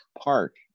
park